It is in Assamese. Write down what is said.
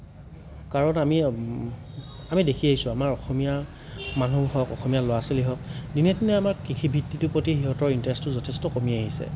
কাৰণ আমি আমি দেখি আহিছোঁ আমাৰ অসমীয়া মানুহ হওঁক অসমীয়া ল'ৰা ছোৱালী হওঁক দিনে দিনে আমাৰ কৃষি বৃত্তিটোৰ প্ৰতি সিহঁতৰ ইনটাৰেষ্টটো যথেষ্ট কমি আহিছে